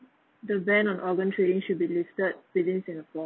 the ban of organ trading should be lifted within singapore